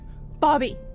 Bobby